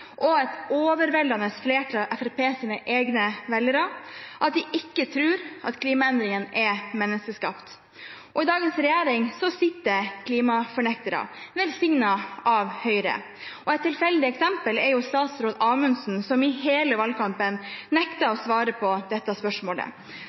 og et overveldende flertall av Fremskrittspartiets egne velgere at de ikke tror klimaendringene er menneskeskapte. Og i dagens regjering sitter klimafornektere, velsignet av Høyre. Et tilfeldig eksempel er statsråd Amundsen, som i hele valgkampen